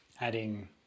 adding